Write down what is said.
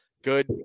Good